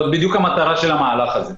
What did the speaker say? זאת בדיוק המטרה של המהלך הזה.